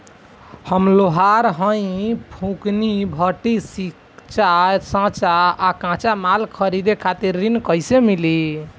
हम लोहार हईं फूंकनी भट्ठी सिंकचा सांचा आ कच्चा माल खरीदे खातिर ऋण कइसे मिली?